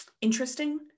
interesting